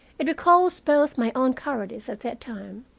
it recalls both my own cowardice at that time,